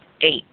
Eight